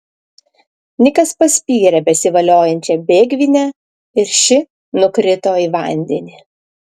nikas paspyrė besivoliojančią bėgvinę ir ši nukrito į vandenį